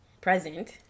present